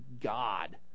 God